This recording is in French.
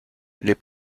les